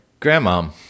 grandmom